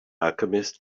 alchemist